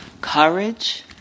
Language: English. Courage